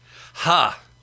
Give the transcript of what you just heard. Ha